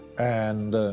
and,